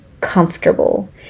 comfortable